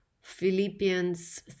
Philippians